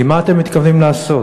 היא מה אתם מתכוונים לעשות.